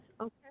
Okay